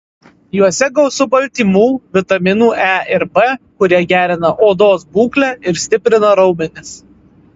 juose gausu baltymų vitaminų e ir b kurie gerina odos būklę ir stiprina raumenis